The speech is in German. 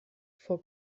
vor